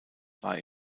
war